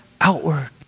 outward